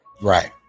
Right